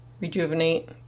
rejuvenate